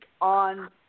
on